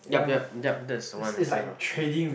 yup yup yup that's the one I'm talking about